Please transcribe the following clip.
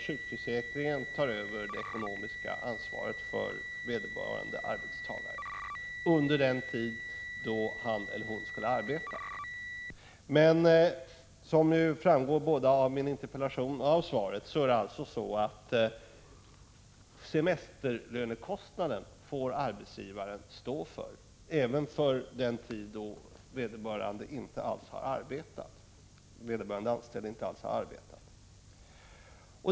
Sjukförsäkringen tar över det ekonomiska ansvaret för vederbörande arbetstagare under den tid då han eller hon skulle arbeta, men som framgår både av min interpellation och av svaret får arbetsgivaren stå för semesterlönekostnaden även när det gäller den tid då den anställde inte alls har arbetat.